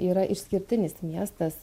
yra išskirtinis miestas